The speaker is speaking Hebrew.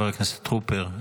חבר הכנסת טרופר,